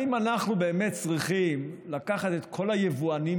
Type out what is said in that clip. האם אנחנו באמת צריכים לקחת את כל היבואנים